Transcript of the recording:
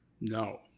No